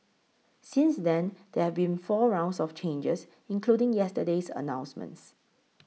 since then there have been four rounds of changes including yesterday's announcements